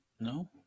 No